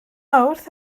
mawrth